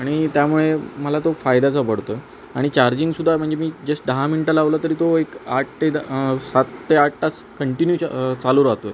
आणि त्यामुळे मला तो फायद्याचा पडतो आणि चार्जिंगसुद्धा म्हणजे मी जस्ट दहा मिनटं लावलं तरी तो एक आठ सात ते आठ तास कंटिन्यूच चालू राहतो आहे